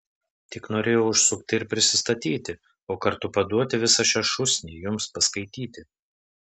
tik norėjau užsukti ir prisistatyti o kartu paduoti visą šią šūsnį jums paskaityti